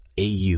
AU